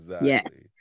yes